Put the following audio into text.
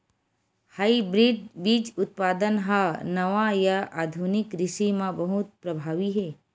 hybrid बीज उत्पादन हा नवा या आधुनिक कृषि मा बहुत प्रभावी हे